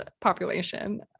population